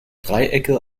dreiecke